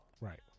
Right